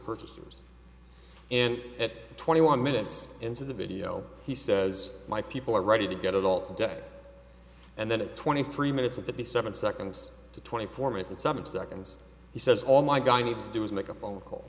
purchasers and at twenty one minutes into the video he says my people are ready to get it all to death and then a twenty three minutes of that the seven seconds to twenty four minutes and seven seconds he says all my guy needs to do is make a phone call